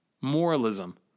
Moralism